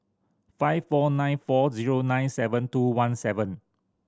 five four nine four zero nine seven two one seven